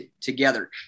together